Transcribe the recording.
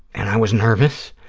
and i was nervous.